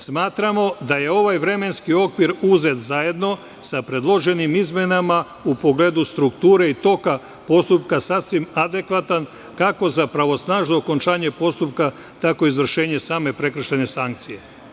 Smatramo da je ovaj vremenski okvir uzet zajedno sa predloženim izmenama u pogledu strukture i toka postupka, sasvim adekvatan, kako za pravosnažno okončanje postupka, tako i za izvršenje same prekršajne sankcije.